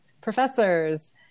professors